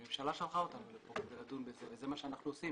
הממשלה שלחה אותנו לדון בה וזה מה שאנחנו עושים.